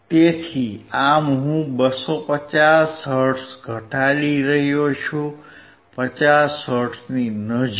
તેથી આમ હું 250 હર્ટ્ઝ ઘટાડી રહ્યો છું 50 હર્ટ્ઝની નજીક